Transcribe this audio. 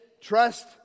trust